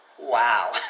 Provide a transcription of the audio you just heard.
Wow